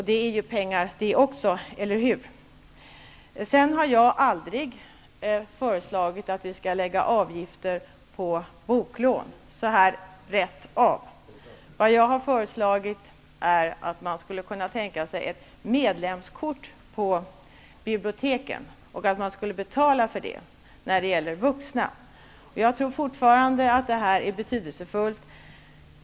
Det är pengar det också, eller hur? Jag har aldrig föreslagit att det skall läggas avgifter på boklån rakt av. Jag har föreslagit att man skulle kunna tänka sig ett medlemskort på biblioteken och att vuxna får betala för ett sådant. Jag tror fortfarande att det är betydelsefullt.